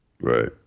Right